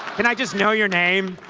can i just know your name?